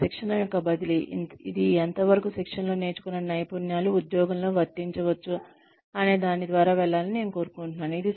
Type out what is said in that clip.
మీరు శిక్షణ యొక్క బదిలీ ఇది ఎంతవరకు శిక్షణలో నేర్చుకున్న నైపుణ్యాలు ఉద్యోగంలో వర్తించవచ్చు అనే దాని ద్వారా వెళ్లాలని నేను కోరుకుంటున్నాను